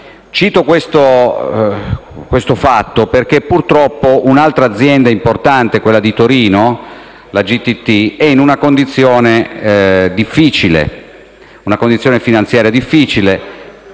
Cito questo fatto perché purtroppo un'altra azienda importante, quella di Torino, la GTT, è in una condizione finanziaria difficile.